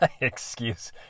excuse